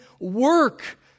work